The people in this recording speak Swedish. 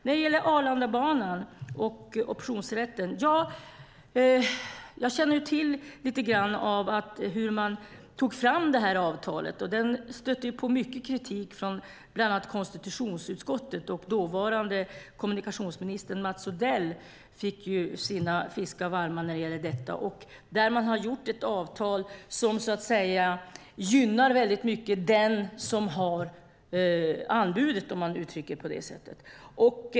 När det gäller Arlandabanan och optionsrätten känner jag ju till lite grann om hur man tog fram det här avtalet. Det stötte på mycket kritik från bland annat konstitutionsutskottet, och dåvarande kommunikationsminister Mats Odell fick sina fiskar varma när det gäller detta. Man har träffat ett avtal som väldigt mycket gynnar den som har anbudet, om man uttrycker det på det sättet.